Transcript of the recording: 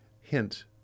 Hint